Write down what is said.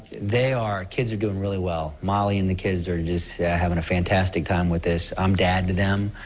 they are kids are doing really well. molly and the kids are just having a fantastic time with this. i'm dad to them.